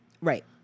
Right